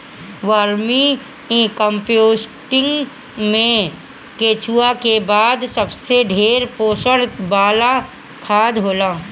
vermi composting में केचुआ के खाद सबसे ढेर पोषण वाला खाद होला